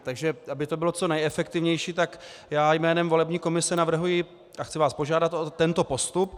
Takže aby to bylo co nejefektivnější, tak já jménem volební komise navrhuji a chci vás požádat o tento postup: